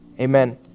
Amen